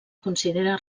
considera